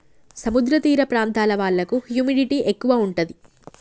సముద్ర తీర ప్రాంతాల వాళ్లకు హ్యూమిడిటీ ఎక్కువ ఉంటది